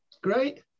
Great